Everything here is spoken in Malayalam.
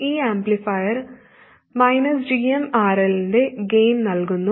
ഈ ആംപ്ലിഫയർ gmRL ന്റെ ഗൈൻ നൽകുന്നു